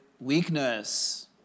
weakness